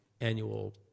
annual